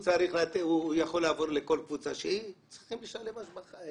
הוא יכול לעבור לכל קבוצה וצריך לשלם השבחה כי